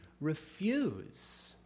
refuse